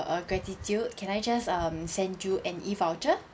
uh gratitude can I just um send you an E voucher